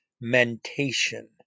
mentation